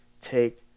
take